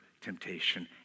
temptation